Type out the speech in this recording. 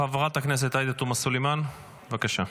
חברת הכנסת עאידה תומא סלימאן, בבקשה.